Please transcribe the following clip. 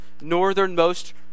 northernmost